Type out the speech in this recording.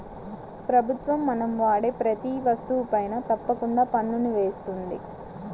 ప్రభుత్వం మనం వాడే ప్రతీ వస్తువుపైనా తప్పకుండా పన్నుని వేస్తుంది